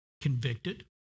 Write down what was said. convicted